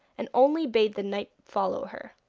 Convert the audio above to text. and only bade the knight follow her.